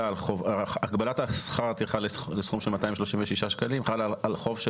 על שכר הטרחה לסכום של 236 שקלים חלה על חוב של